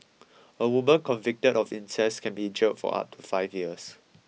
a woman convicted of incest can be jailed for up to five years